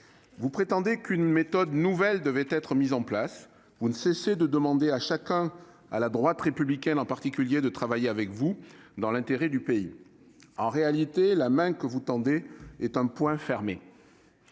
vous prétendez qu'une méthode nouvelle devait être mise en place et vous ne cessez de demander à chacun, à la droite républicaine en particulier, de travailler avec vous, dans l'intérêt du pays. En réalité, la main que vous tendez est un poing fermé.